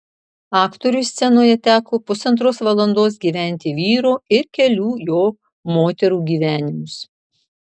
aktoriui scenoje teko pusantros valandos gyventi vyro ir kelių jo moterų gyvenimus